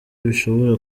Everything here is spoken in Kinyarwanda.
bishobora